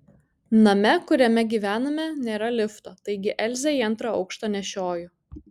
name kuriame gyvename nėra lifto taigi elzę į antrą aukštą nešioju